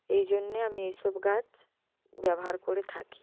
এই জন্য আমি এসব গাছ ব্যবহার করে থাকি